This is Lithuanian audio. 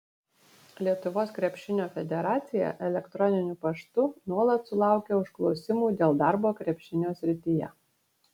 lietuvos krepšinio federacija elektroniniu paštu nuolat sulaukia užklausimų dėl darbo krepšinio srityje